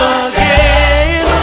again